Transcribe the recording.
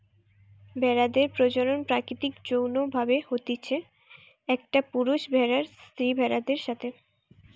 ভেড়াদের প্রজনন প্রাকৃতিক যৌন্য ভাবে হতিছে, একটা পুরুষ ভেড়ার স্ত্রী ভেড়াদের সাথে